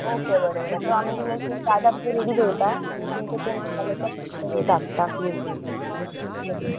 okay बरें बरें so आमी तुजें धा तारखेर रेडी दवरता आनी तुमचे तें मसाले धाडटा कितें बरें